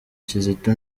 kizito